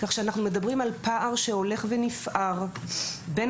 כך שאנחנו מדברים על פער שהולך ונפער בין